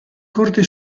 corte